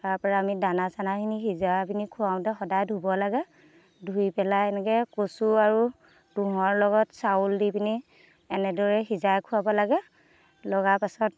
তাৰ পৰা আমি দানা চানাখিনি সিজোৱাখিনি খুৱাওঁতে সদায় ধুব লাগে ধুই পেলাই সেনেকৈ কচু আৰু তুঁহৰ লগত চাউল দি পেনি এনেদৰে সিজাই খুৱাব লাগে লগাৰ পাছত